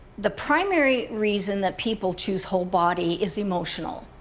the primary reason that people choose whole body is the emotional.